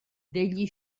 degli